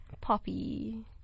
Poppy